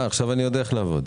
עכשיו אני יודע איך לעבוד.